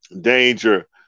danger